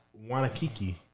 Wanakiki